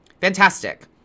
Fantastic